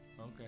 Okay